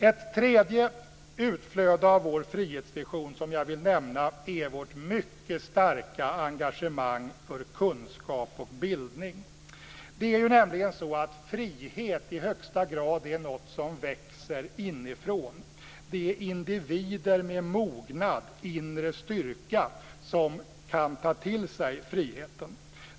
Ett tredje utflöde av vår frihetsvision som jag vill nämna är vårt mycket starka engagemang för kunskap och bildning. Frihet är nämligen i högsta grad något som växer inifrån. Det är individer med mognad och inre styrka som kan ta till sig friheten.